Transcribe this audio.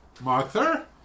Martha